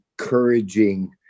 encouraging